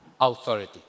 authority